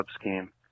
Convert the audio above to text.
scheme